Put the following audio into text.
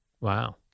Wow